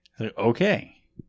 Okay